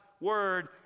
word